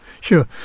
Sure